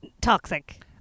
Toxic